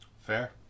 Fair